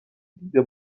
دیده